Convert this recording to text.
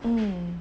hmm